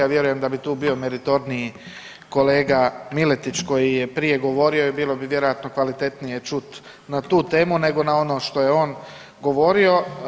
Vjerujem da bi tu bio meritorniji kolega Miletić koji je prije govorio i bilo bi vjerojatno kvalitetnije čuti na tu temu, nego na ono što je on govorio.